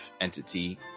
entity